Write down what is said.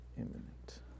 imminent